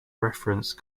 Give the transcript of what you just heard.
reference